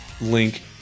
link